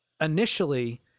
initially